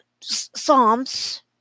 Psalms